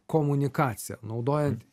komunikaciją naudojant